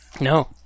No